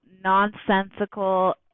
nonsensical